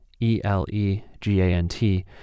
E-L-E-G-A-N-T